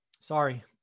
sorry